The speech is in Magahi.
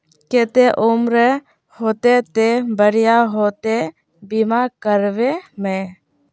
केते उम्र होते ते बढ़िया होते बीमा करबे में?